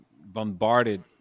bombarded